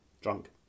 Drunk